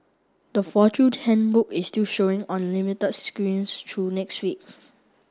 the Fortune Handbook is still showing on limited screens through next week